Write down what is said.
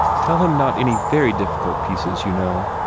tell him not any very difficult pieces, you know.